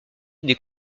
des